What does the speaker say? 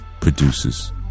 produces